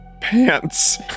pants